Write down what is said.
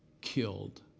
killed